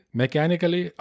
mechanically